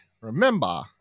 remember